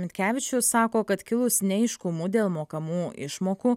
mitkevičius sako kad kilus neaiškumų dėl mokamų išmokų